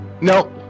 No